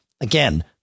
again